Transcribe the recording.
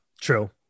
True